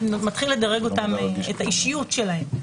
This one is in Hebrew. מתחיל לדרג את האישיות שלהם.